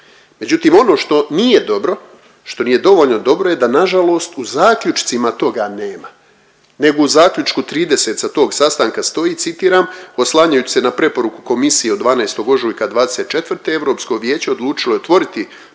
Međutim, ono što nije dobro, što nije dovoljno dobro je da nažalost u zaključcima toga nema nego u zaključku 30 sa tog sastanka stoji citiram, oslanjajući se na preporuku komisije od 12. ožujka '24. Europsko vijeće odlučilo je otvoriti